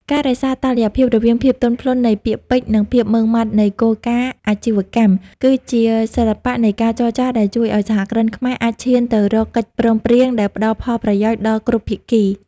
ការរក្សាតុល្យភាពរវាងភាពទន់ភ្លន់នៃពាក្យពេចន៍ និងភាពម៉ឺងម៉ាត់នៃគោលការណ៍អាជីវកម្ម គឺជាសិល្បៈនៃការចរចាដែលជួយឱ្យសហគ្រិនខ្មែរអាចឈានទៅរកកិច្ចព្រមព្រៀងដែលផ្ដល់ផលប្រយោជន៍ដល់គ្រប់ភាគី។